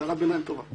זו הערת ביניים טובה.